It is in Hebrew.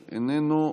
איננו.